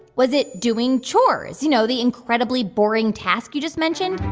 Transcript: was it doing chores you know, the incredibly boring task you just mentioned?